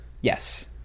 yes